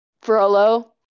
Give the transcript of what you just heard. Frollo